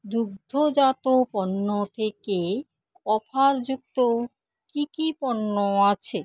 দুগ্ধজাত পণ্য থেকে অফার যুক্ত কী কী পণ্য আছে